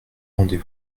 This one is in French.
rendez